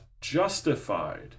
justified